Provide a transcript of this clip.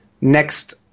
Next